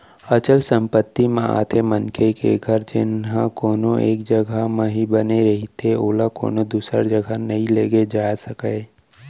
अचल संपत्ति म आथे मनखे के घर जेनहा कोनो एक जघा म ही बने रहिथे ओला कोनो दूसर जघा नइ लेगे जाय सकय